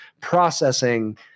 processing